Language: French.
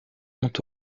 ont